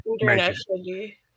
internationally